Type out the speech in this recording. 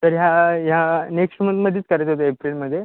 तर ह्या ह्या नेक्स्ट मंथमध्येच करायचं होतं एप्रिलमध्ये